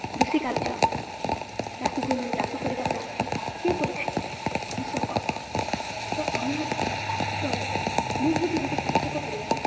କୃଷି କାର୍ଯ୍ୟ ଚାଷ ଜମିରେ ଚାଷ କରିବା କାର୍ଯ୍ୟ କିଏ କରିଥାଏ କୃଷକ ତ ଆମେ ହଉ ତ ମୁଁ ହେଉଛି ଗୋଟେ କୃଷକ ପରିବାର